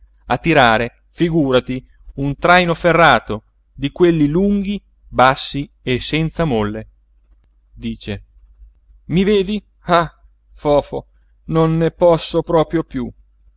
a tirare figúrati un traino ferrato di quei lunghi bassi e senza molle ice i vedi ah fofo non ne posso proprio piú